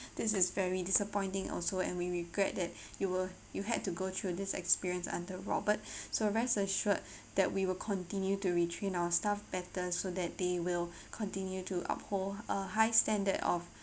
this is very disappointing also and we regret that you were you had to go through this experience under robert so rest assured that we will continue to retrain our staff better so that they will continue to uphold a high standard of